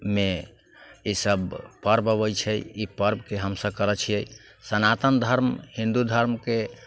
मे ईसब पर्व अबै छै ई पर्वके हमसब करै छिए सनातन धर्म हिन्दू धर्मके